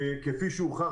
כפי שהוכח